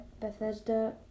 Bethesda